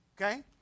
Okay